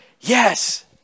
Yes